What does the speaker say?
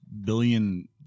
billion